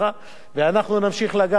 ואנחנו נמשיך לגעת באנשים,